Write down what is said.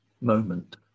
moment